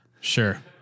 Sure